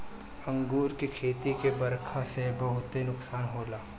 अंगूर के खेती के बरखा से बहुते नुकसान होला